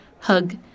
hug